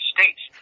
States